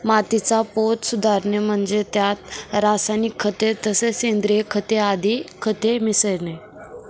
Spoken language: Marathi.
मातीचा पोत सुधारणे म्हणजे त्यात रासायनिक खते तसेच सेंद्रिय खते आदी खते मिसळणे